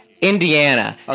Indiana